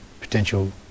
potential